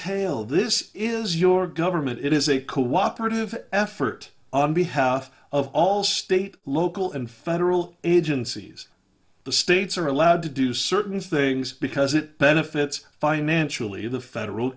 tail this is your government it is a cooperative effort on behalf of all state local and federal agencies the states are allowed to do certain things because it benefits financially the federal